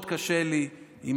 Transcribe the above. לכן,